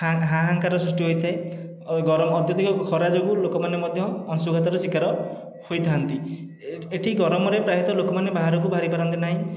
ଖାଁ ଖାଁ ହାଁ କାର ସୃଷ୍ଟି ହୋଇଥାଏ ଗରମ ଅତ୍ୟଧିକ ଖରା ଯୋଗୁଁ ଲୋକମାନେ ମଧ୍ୟ ଅଂଶୁଘାତର ଶିକାର ହୋଇଥାନ୍ତି ଏଠି ଗରମରେ ପ୍ରାୟତଃ ଲୋକମାନେ ବାହାରକୁ ବାହାରି ପାରନ୍ତି ନାହିଁ